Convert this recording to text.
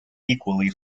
equally